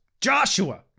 Joshua